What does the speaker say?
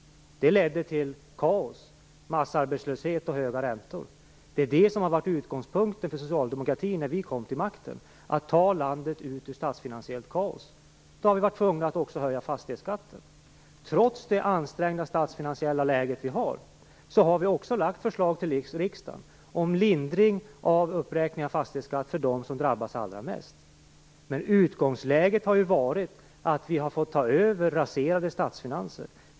Detta ledde till kaos, massarbetslöshet och höga räntor. Det som var utgångspunkten för oss socialdemokrater när vi kom till makten var att ta landet ur ett statsfinansiellt kaos. Därför har vi varit tvungna att också höja fastighetsskatten. Trots det ansträngda statsfinansiella läge som vi nu har, har vi ändå lagt fram förslag till riksdagen om lindring av uppräkning av fastighetsskatten för dem som drabbas allra mest. Men utgångsläget har ju varit raserade statsfinanser.